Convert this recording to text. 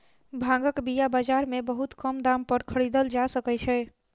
भांगक बीया बाजार में बहुत कम दाम पर खरीदल जा सकै छै